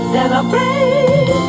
Celebrate